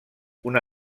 una